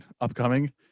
upcoming